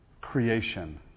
creation